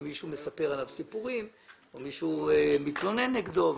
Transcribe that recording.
אם מישהו מספר עליו סיפורים או מישהו מתלונן נגדו וכולי.